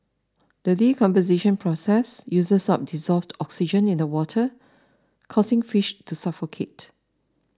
the decomposition process uses up dissolved oxygen in the water causing fish to suffocate